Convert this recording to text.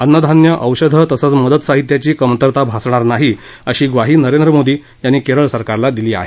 अन्नधान्य औषधं तसंच मदत साहित्याची कमतरता भासणार नाही अशी ग्वाही नरेंद्र मोदी यांनी केरळ सरकारला दिली आहे